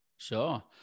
Sure